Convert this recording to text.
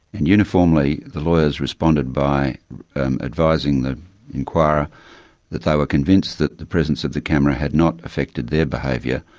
and uniformly the lawyers responded by advising the enquirer that they were convinced the the presence of the camera had not affected their behaviour,